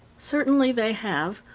certainly they have,